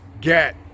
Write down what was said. get